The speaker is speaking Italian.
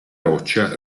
roccia